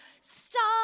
Stop